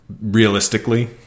realistically